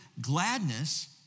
gladness